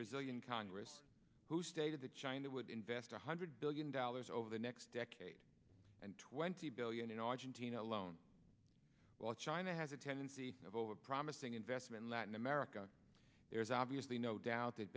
brazilian congress who stated that china would invest one hundred billion dollars over the next decade and twenty billion in argentina alone while china has a tendency of over promising investment in latin america there is obviously no doubt that